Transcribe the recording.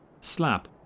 slap